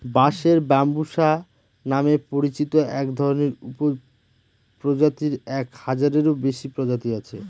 বাঁশের ব্যম্বুসা নামে পরিচিত একধরনের উপপ্রজাতির এক হাজারেরও বেশি প্রজাতি আছে